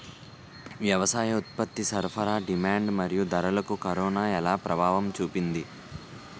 వ్యవసాయ ఉత్పత్తి సరఫరా డిమాండ్ మరియు ధరలకు కరోనా ఎలా ప్రభావం చూపింది